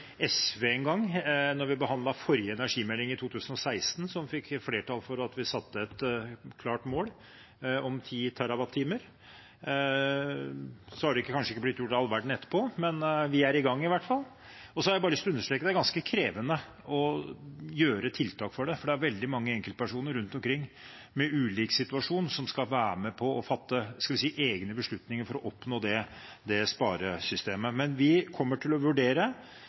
SV som da vi i 2016 behandlet forrige energimelding, fikk flertall for å sette et klart mål om 10 terawattimer. Det har kanskje ikke blitt gjort all verden etterpå, men vi er i hvert fall i gang. Jeg har bare lyst til å understreke at det er ganske krevende å gjøre tiltak for det, for det er veldig mange enkeltpersoner rundt omkring med ulike situasjoner som skal være med på å fatte – skal vi si – egne beslutninger for å oppnå det sparesystemet. Vi kommer til å vurdere